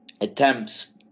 attempts